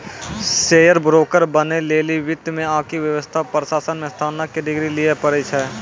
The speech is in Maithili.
शेयर ब्रोकर बनै लेली वित्त मे आकि व्यवसाय प्रशासन मे स्नातक के डिग्री लिये पड़ै छै